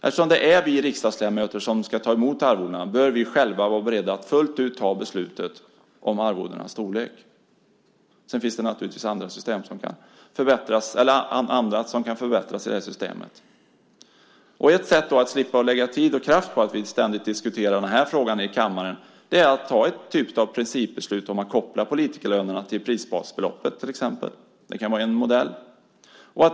Eftersom det är vi riksdagsledamöter som ska ta emot arvodena bör vi själva vara beredda att fullt ut ta beslutet om arvodenas storlek. Sedan finns det naturligtvis annat som kan förbättras i det här systemet. Ett sätt att slippa lägga tid och kraft på att ständigt diskutera den här frågan i kammaren är att ta en typ av principbeslut om att koppla politikerlönerna till prisbasbeloppet, till exempel. Det kan vara en modell.